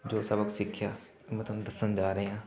ਜੋ ਸਬਕ ਸਿੱਖਿਆ ਮੈਂ ਤੁਹਾਨੂੰ ਦੱਸਣ ਜਾ ਰਿਹਾ